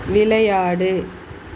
விளையாடு